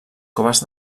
coves